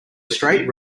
straight